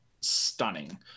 stunning